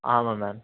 ஆமாம் மேம்